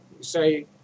say